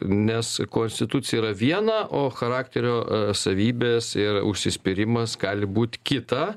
nes konstitucija yra viena o charakterio savybės ir užsispyrimas gali būt kita